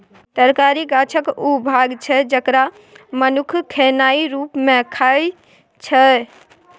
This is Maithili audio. तरकारी गाछक ओ भाग छै जकरा मनुख खेनाइ रुप मे खाइ छै